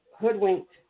hoodwinked